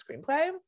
screenplay